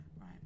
Right